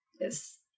Yes